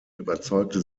überzeugte